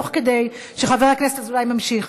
תוך כדי שחבר הכנסת אזולאי ממשיך,